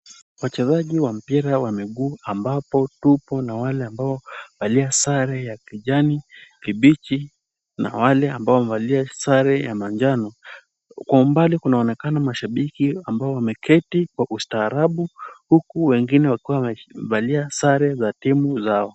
Wachezaji wa mpira wa miguu ambapo tuko na wale ambao wamevalia sare ya kijani kibichi na wale ambao wamevalia sare ya manjano, kwa umbali kunaonekana mashabiki ambao wameketi kwa ustaarabu huku wengine wakiwa wamevalia sare za timu yao.